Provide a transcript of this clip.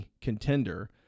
contender